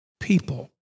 People